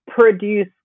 produce